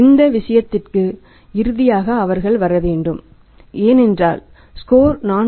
இந்த விஷயத்திற்கு இறுதியாக அவர்கள் வர வேண்டும் ஏனென்றால் ஸ்கோர் 4